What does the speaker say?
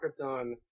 Krypton